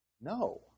No